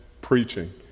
preaching